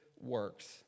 works